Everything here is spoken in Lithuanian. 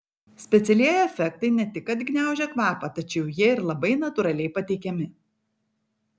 specialieji efektai ne tik kad gniaužia kvapą tačiau jie ir labai natūraliai pateikiami